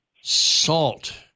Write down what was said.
Salt